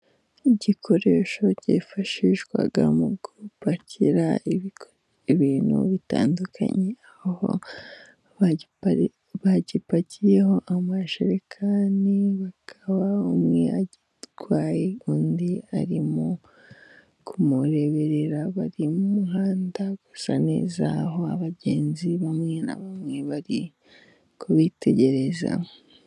Igikoresho cyifashishwa mu gupakira ibintu bitandukanye, aho bagipakiyeho amajerekani, bakaba umwe agitwaye, undi arimo kumureberera, bari mu muhanda usa neza, aho abagenzi bamwe na bamwe bari kubitegereza.